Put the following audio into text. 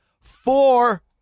four